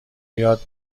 یاد